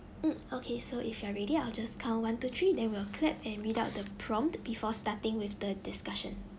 mm okay so if you are really I'll just count one two three then we will clap and read out the prompt before starting with the discussion